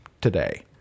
today